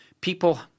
people